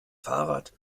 fahrrad